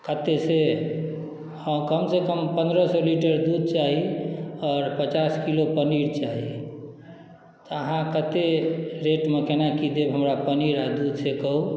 कतेक से हँ कमसँ कम पनरह सओ लीटर दूध चाही आओर पचास किलो पनीर चाही तऽ अहाँ कतेक रेटमे कोना की देब हमरा पनीर आओर दूध से कहू